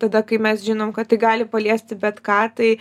tada kai mes žinom kad tai gali paliesti bet ką tai